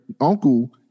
uncle